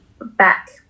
back